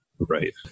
Right